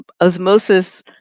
Osmosis